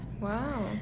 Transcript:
Wow